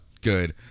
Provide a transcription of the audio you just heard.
good